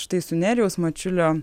štai su nerijaus mačiulio